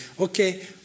okay